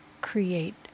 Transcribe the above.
create